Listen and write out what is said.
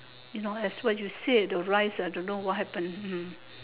you know as what you said the rice ah don't know what happen hmm